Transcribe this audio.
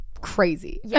crazy